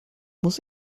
muss